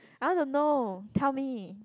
I want to know tell me